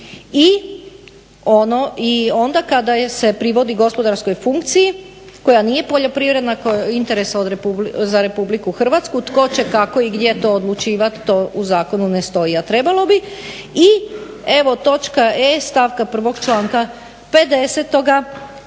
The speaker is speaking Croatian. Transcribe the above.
i onda kada se privodi gospodarskoj funkciji koja nije poljoprivredan, koja je od interesa za RH, tko će, kako i gdje to odlučivat, to u zakonu ne stoji a trebalo bi. I evo točka e stavka prvog članka 50. koji